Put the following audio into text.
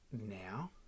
now